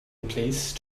place